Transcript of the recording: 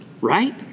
right